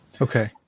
Okay